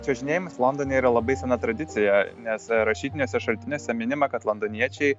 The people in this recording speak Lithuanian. čiuožinėjimas londone yra labai sena tradicija nes rašytiniuose šaltiniuose minima kad londoniečiai